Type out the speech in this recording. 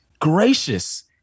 gracious